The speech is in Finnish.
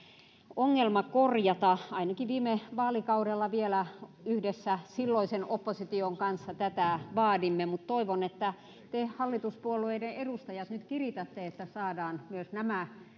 ongelma korjata ainakin viime vaalikaudella vielä yhdessä silloisen opposition kanssa tätä vaadimme toivon että te hallituspuolueiden edustajat nyt kiritätte että saadaan myös nämä